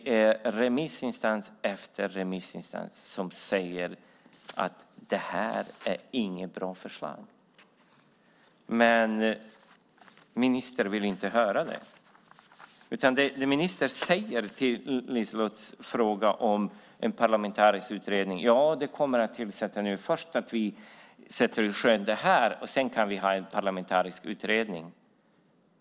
Det är remissinstans efter remissinstans som säger att det här inte är något bra förslag. Men ministern vill inte höra det. Det ministern svarar på LiseLottes fråga om en parlamentarisk utredning är att det kommer att tillsättas en. Först sätter vi det här i sjön, sedan kan vi ha en parlamentarisk utredning.